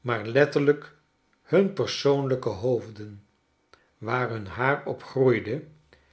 maar letterlijkhunpersoonlijke hoofden waar hun haar